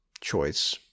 choice